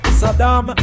saddam